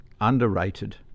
underrated